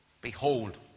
behold